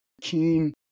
keen